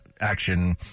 Action